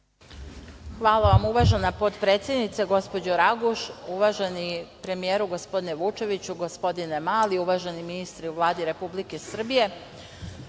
Hvala vam, uvažena potpredsednice gospođo Raguš. Uvaženi premijeru gospodine Vučeviću, gospodine Mali, uvaženi ministre u Vladi Republike Srbije,